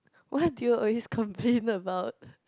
what do you always complain about